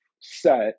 set